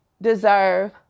deserve